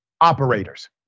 operators